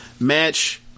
match